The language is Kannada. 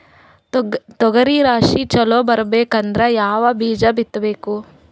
ತೊಗರಿ ರಾಶಿ ಚಲೋ ಬರಬೇಕಂದ್ರ ಯಾವ ಬೀಜ ಬಿತ್ತಬೇಕು?